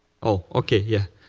ah okay. yeah.